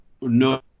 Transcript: no